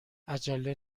عجله